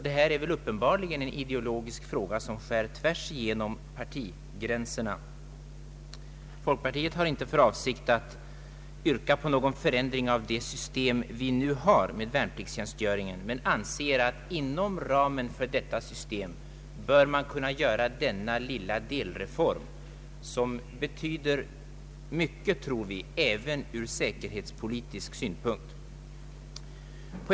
Detta är uppenbarligen en ideologisk fråga som skär tvärsigenom partigränserna. Folkpartiet har inte för avsikt att yrka på någon förändring av det nuvarande systemet för värnpliktstjänstgöringen men anser att vi inom ramen för det systemet bör kunna göra denna lilla delreform, som vi tror betyder mycket även ur säkerhetspolitisk synpunkt.